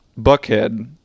Buckhead